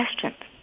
questions